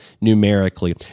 numerically